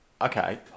Okay